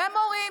ומורים,